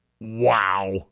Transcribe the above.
Wow